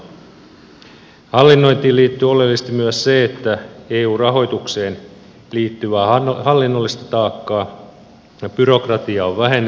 hallinnointiin liittyy oleellisesti myös se että eu rahoitukseen liittyvää hallinnollista taakkaa ja byrokratiaa on vähennettävä